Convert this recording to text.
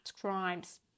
crimes